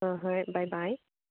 ꯑꯥ ꯍꯣꯏ ꯍꯣꯏ ꯕꯥꯏ ꯕꯥꯏ